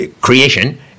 creation